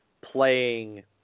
playing